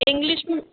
English